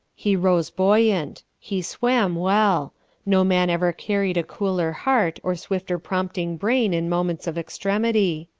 he rose buoyant he swam well no man ever carried a cooler heart or swifter prompting brain in moments of extremity.